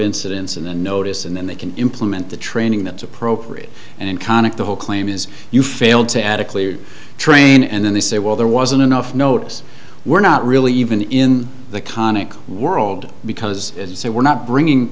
incidents in the notice and then they can implement the training that's appropriate and in connacht the whole claim is you failed to adequately train and then they say well there wasn't enough notice we're not really even in the conic world because we're not bringing